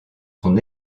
son